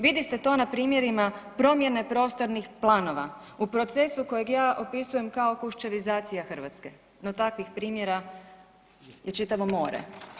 Vidi se to na primjerima promjene prostornih planova u procesu kojeg ja opisujem kao Kuščevizacija Hrvatske, no takvih primjera je čitavo more.